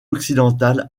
occidentale